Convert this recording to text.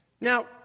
Now